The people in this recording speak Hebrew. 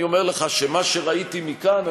אני אומר לך שמה שראיתי מכאן,